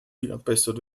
verbessert